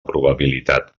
probabilitat